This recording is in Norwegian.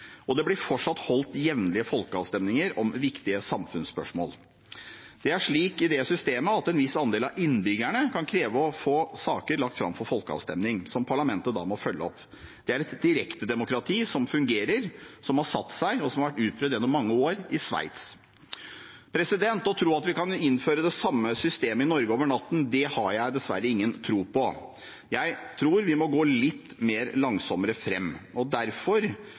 jevnlige folkeavstemninger om viktige samfunnsspørsmål. Det er slik i det systemet at en viss andel av innbyggerne kan kreve å få saker lagt fram for folkeavstemning, som parlamentet da må følge opp. Det er et direkte demokrati, som fungerer, som har satt seg, og som har vært utprøvd gjennom mange år i Sveits. At vi kan innføre det samme systemet i Norge over natten, har jeg dessverre ingen tro på. Jeg tror vi må gå litt langsommere fram. Derfor